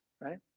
right